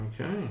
okay